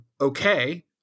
Okay